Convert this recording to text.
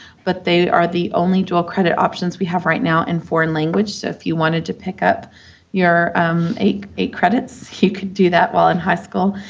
but there are the only dual credit options we have right now in foreign language, so, if you wanted to pick up your eight eight credits, you could do that while in high school,